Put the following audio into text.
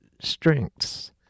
strengths